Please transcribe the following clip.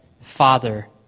Father